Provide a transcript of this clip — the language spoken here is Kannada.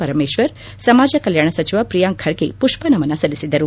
ಪರಮೇಶ್ವರ್ ಸಮಾಜ ಕಲ್ಹಾಣ ಸಚಿವ ಪ್ರಿಯಾಂಕ್ ಖರ್ಗೆ ಪುಷ್ಪ ನಮನ ಸಲ್ಲಿಸಿದರು